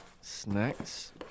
Snacks